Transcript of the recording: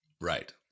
Right